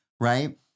right